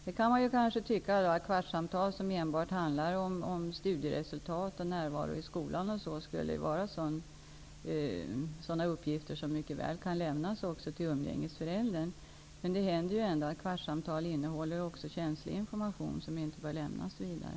Man kan kanske tycka att uppgifter som enbart handlar om studieresultat och närvaro i skolan borde vara sådana uppgifer som mycket väl kan lämnas också till umgängesföräldern. Men det händer ibland att kvartssamtalen innehåller också känslig information, som inte bör föras vidare.